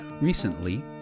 Recently